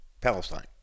palestine